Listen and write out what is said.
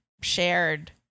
shared